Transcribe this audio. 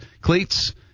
cleats